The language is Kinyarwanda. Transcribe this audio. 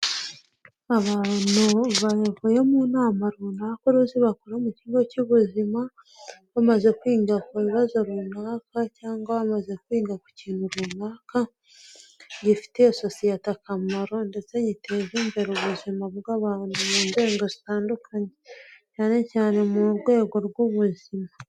Abantu bavuye mu nama runaka, uruzi bakora mu kigo cy'ubuzima, bamaze kwiga ku bibazo runaka, cyangwa bamaze kwiga ku kintu runaka, gifitiye sosiyete akamaro, ndetse giteza imbere ubuzima bw'abantu mu nzego zitandukanye, cyane cyane mu rwego rw'ubuzima.